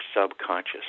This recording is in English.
subconscious